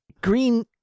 Green